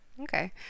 okay